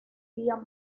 día